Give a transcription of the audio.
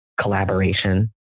collaboration